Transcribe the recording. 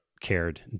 cared